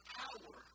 power